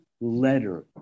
letter